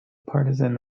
partisan